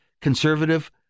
conservative